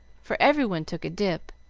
for every one took a dip,